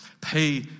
Pay